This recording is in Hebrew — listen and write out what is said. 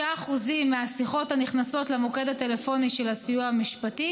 6% מהשיחות הנכנסות למוקד הטלפוני של הסיוע המשפטי